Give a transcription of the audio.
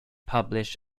publish